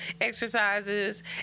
exercises